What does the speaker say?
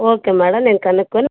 okay madam నేను కనుక్కొని